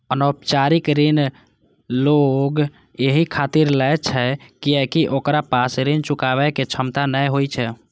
अनौपचारिक ऋण लोग एहि खातिर लै छै कियैकि ओकरा पास ऋण चुकाबै के क्षमता नै होइ छै